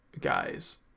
guys